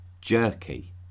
jerky